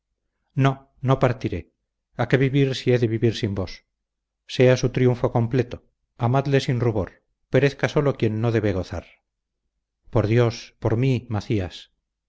no no partiré a qué vivir si he de vivir sin vos sea su triunfo completo amadle sin rubor perezca sólo quien no debe gozar por dios por mí macías